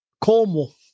Cornwall